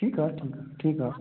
ठीकु आहे ठीकु आहे ठीकु आहे